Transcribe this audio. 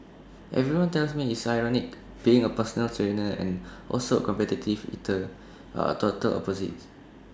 everyone tells me it's ironic being A personal trainer and also A competitive eater are total opposites